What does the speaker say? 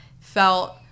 felt